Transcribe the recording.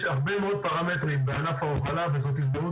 יש הרבה מאוד פרמטרים בענף ההובלה וזאת הזדמנות